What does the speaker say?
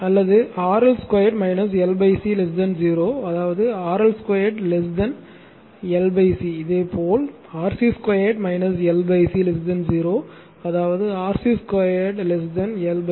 அல்லது RL 2 L C 0 அதாவது RL 2 L C இதேபோல் RC 2 L C 0 அதாவது RC 2 L C